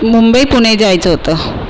मुंबई पुणे जायचं होतं